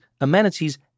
amenities